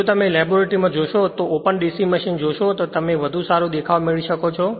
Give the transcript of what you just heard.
જો તમે લેબોરેટરીને જોશો તો ઓપન DC મશીન જોશો તો તમે વધુ સારા દેખાવ મેળવી શકો છો